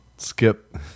Skip